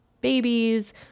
babies